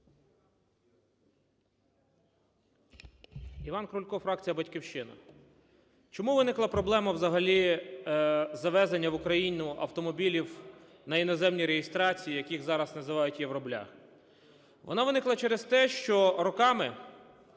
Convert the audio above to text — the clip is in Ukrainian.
ІванКрулько, фракція "Батьківщина". Чому виникла проблема взагалі завезення в Україну автомобілів на іноземній реєстрації, як їх зараз називають "євробляхи". Вона виникла через те, що роками